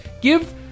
Give